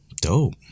dope